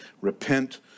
repent